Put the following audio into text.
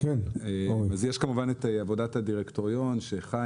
יש כמובן את עבודת הדירקטוריון חיים